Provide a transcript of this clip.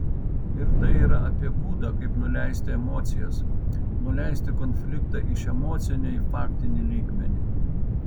ir tai yra apie būdą kaip nuleisti emocijas nuleisti konfliktą iš emocinio į faktinį lygmenį